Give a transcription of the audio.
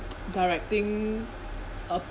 directing a